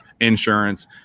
insurance